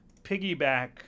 piggyback